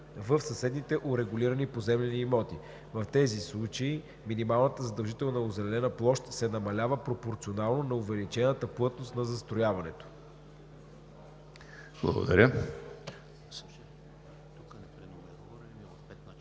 в съседните урегулирани поземлени имоти. В тези случаи минималната задължителна озеленена площ се намалява пропорционално на увеличената плътност на застрояването.“